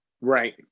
Right